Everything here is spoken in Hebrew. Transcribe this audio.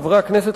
חברי הכנסת,